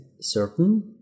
certain